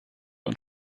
und